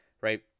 right